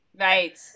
Right